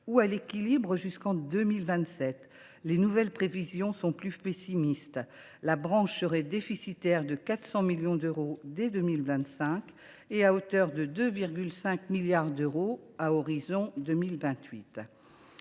ou à l’équilibre jusqu’en 2027. Les nouvelles prévisions sont plus pessimistes : la branche serait déficitaire de 400 millions d’euros dès 2025 et à hauteur de 2,5 milliards d’euros à horizon 2028.